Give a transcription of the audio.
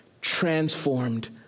transformed